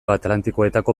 atlantikoetako